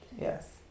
yes